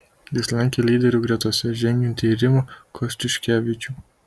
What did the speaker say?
jis lenkia lyderių gretose žengiantį rimą kostiuškevičių